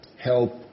help